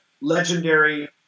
legendary